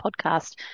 Podcast